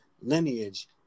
lineage